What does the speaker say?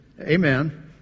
Amen